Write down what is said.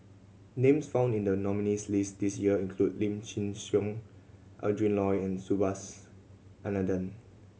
names found in the nominees' list this year include Lim Chin Siong Adrin Loi and Subhas Anandan